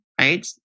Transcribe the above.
right